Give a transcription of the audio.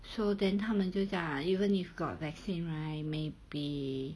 so then 他们就讲 even if got vaccine right may be